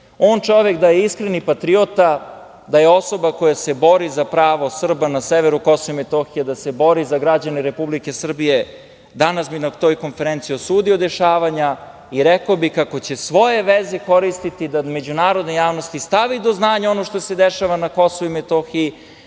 čovek da je iskreni patriota, da je osoba koja se bori za pravo Srba na severu Kosova i Metohije, da se bori za građane Republike Srbije danas bi na toj konferenciji osudio dešavanja i rekao bi kako će svoje veze koristiti da međunarodnoj javnosti stavi do znanja ono što se dešava na Kosovu i Metohiji,